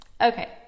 Okay